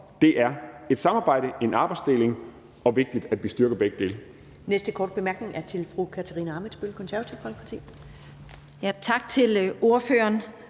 Det er et samarbejde og en arbejdsdeling og vigtigt, at vi styrker begge dele.